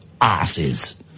asses